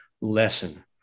lesson